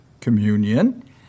communion